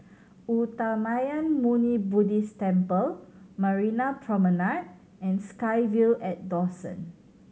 Uttamayanmuni Buddhist Temple Marina Promenade and SkyVille at Dawson